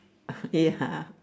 ya